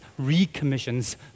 recommissions